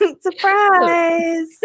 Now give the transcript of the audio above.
surprise